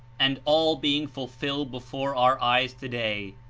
and all being fulfilled before our eyes today!